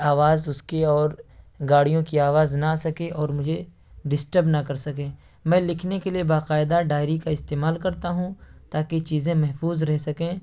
آواز اس کی اور گاڑیوں کی آواز نہ آ سکے اور مجھے ڈسٹرب نہ کر سکے میں لکھنے کے لیے باقاعدہ ڈائری کا استعمال کرتا ہوں تاکہ چیزیں محفوظ رہ سکیں